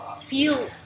feel